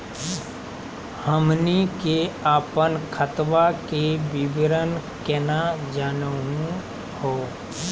हमनी के अपन खतवा के विवरण केना जानहु हो?